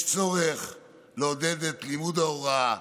יש צורך לעודד את לימוד ההוראה,